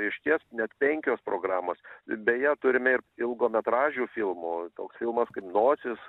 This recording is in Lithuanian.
išties net penkios programos beje turime ir ilgo metražių filmų toks filmas kaip nosis